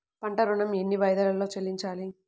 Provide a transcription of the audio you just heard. పంట ఋణం ఎన్ని వాయిదాలలో చెల్లించాలి?